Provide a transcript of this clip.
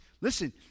listen